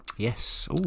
Yes